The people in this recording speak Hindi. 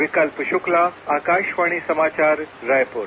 विकल्प शुक्ला आकाशवाणी समाचार रायपुर